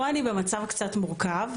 פה אני במצב קצת מורכב,